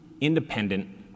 independent